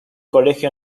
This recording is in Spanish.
colegio